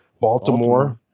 Baltimore